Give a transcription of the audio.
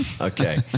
Okay